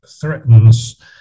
threatens